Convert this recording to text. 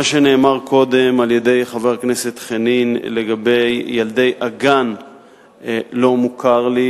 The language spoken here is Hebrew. מה שנאמר קודם על-ידי חבר הכנסת חנין לגבי ילדי הגן לא מוכר לי.